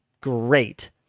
great